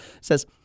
says